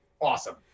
awesome